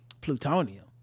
plutonium